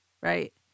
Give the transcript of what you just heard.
right